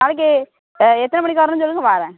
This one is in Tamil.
நாளைக்கு எத்தனை மணிக்கு வரணும்னு சொல்லுங்க வரேன்